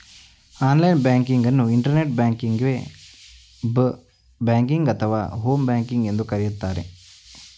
online banking ಅನ್ನು internet ಬ್ಯಾಂಕಿಂಗ್ವೆ, ಬ್ ಬ್ಯಾಂಕಿಂಗ್ ಅಥವಾ ಹೋಮ್ ಬ್ಯಾಂಕಿಂಗ್ ಎಂದು ಕರೆಯುತ್ತಾರೆ